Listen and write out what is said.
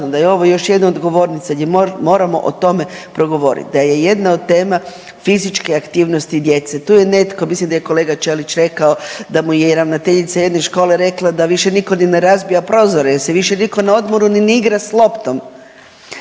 da je ovo još jedna od govornica gdje moramo o tome progovoriti da je jedna od tema fizičke aktivnosti djece. Tu je netko, mislim da je kolega Ćelić rekao da mu je i ravnateljica jedne škole rekla da više nitko ni razbija prozore jer se više nitko na odmoru ni ne igra s loptom.